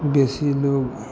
बेसी लोग